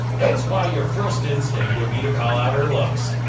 hence why your first instinct would be to call out her looks.